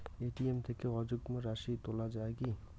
ATM থেকে অযুগ্ম রাশি তোলা য়ায় কি?